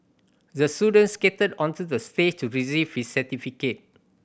the student skated onto the stage to receive his certificate